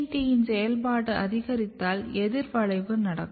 ANT இன் செயல்பாட்டு அதிகரித்தால் எதிர் விளைவு நடக்கும்